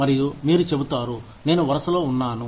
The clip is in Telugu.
మరియు మీరు చెబుతారు నేను వరుసలో ఉన్నాను